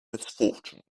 misfortunes